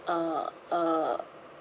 a a